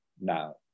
now